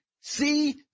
see